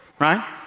Right